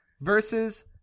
versus